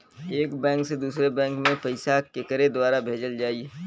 एक बैंक से दूसरे बैंक मे पैसा केकरे द्वारा भेजल जाई?